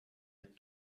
had